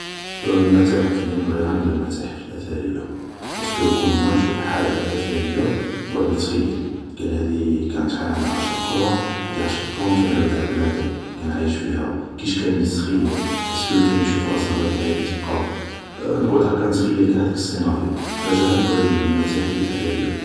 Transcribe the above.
المتاحف لي نبغيها نبغي المتاحف الاثرية بارسكو كل ما نشوف حاجة أثرية نڨعد نتخيل قال هادي كان شحال عندها عشر قرون هادي عشر قرون كان رفدها بنادم كان عايش فيها كيش كان يستخيل اسكو كان يشوف راسه غادي هادي تبقى نقعد هكدا نتخيل ڨاع هداك السيناريو على جالها نبغي المتاحف الاثرية